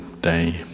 Day